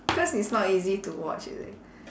cause it's not easy to watch is it